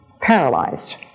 paralyzed